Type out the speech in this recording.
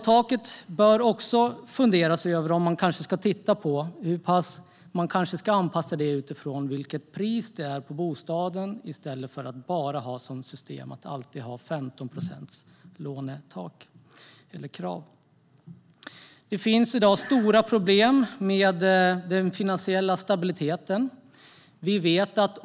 Man bör också fundera över om lånetaket kanske ska anpassas efter vilket pris det är på bostaden i stället för att ha som system att alltid ha 15 procent som lånekrav. Det finns i dag stora problem med den finansiella stabiliteten.